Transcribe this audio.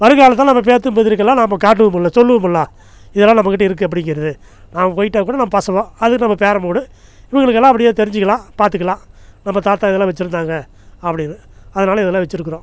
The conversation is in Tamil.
வருங்காலத்தில் நம்ம பேத்து பேதுருகெல்லாம் நாம காட்டுவோமுல்ல சொல்வோம்ல இதல்லாம் நம்மகிட்டே இருக்கு அப்படிங்கிறது நான் போய்ட்டாக்கூட நம்ம பசங்க அது நம்ம பேரமோடு இவங்களுக்கெல்லாம் அப்படியே தெரிஞ்சுக்கிலாம் பாத்துக்கலாம் நம்ம தாத்தா இதெல்லாம் வச்சுருந்தாங்க அப்படின்னு அதனால் இதெல்லாம் வெச்சிருக்கிறோம்